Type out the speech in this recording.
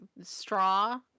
straw